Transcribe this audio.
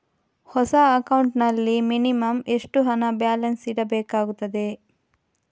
ಹೊಸ ಅಕೌಂಟ್ ನಲ್ಲಿ ಮಿನಿಮಂ ಎಷ್ಟು ಹಣ ಬ್ಯಾಲೆನ್ಸ್ ಇಡಬೇಕಾಗುತ್ತದೆ?